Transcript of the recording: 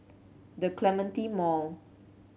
The Clementi Mall